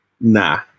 nah